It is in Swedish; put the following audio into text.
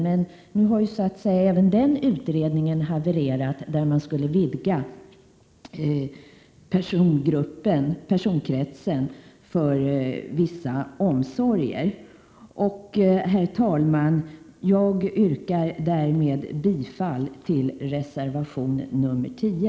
Men nu har ju även den utredning i vilken man skulle vidga personkretsen för vissa omsorger havererat. Herr talman! Jag yrkar därmed bifall till reservation 10.